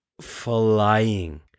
flying